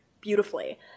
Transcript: beautifully